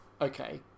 okay